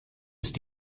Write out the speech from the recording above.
ist